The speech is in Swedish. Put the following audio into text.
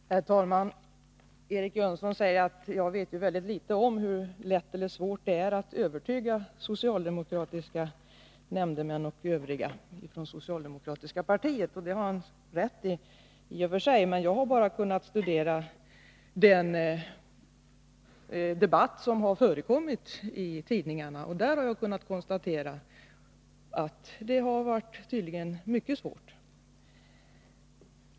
Herr talman! Eric Jönsson säger att jag vet så litet om hur lätt eller svårt det är att övertyga socialdemokratiska nämndemän och övriga socialdemokrater. Det har han i och för sig rätt i. Men jag har bara kunnat studera den debatt som förts i tidningarna, och av den har jag dragit slutsatsen att det tydligen har varit mycket svårt.